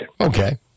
Okay